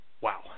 Wow